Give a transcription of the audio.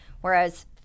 whereas